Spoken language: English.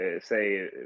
say